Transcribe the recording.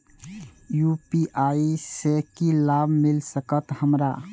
UPI से की लाभ मिल सकत हमरा?